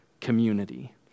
community